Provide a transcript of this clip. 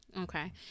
Okay